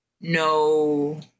no